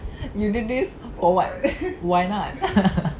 you do this for what why not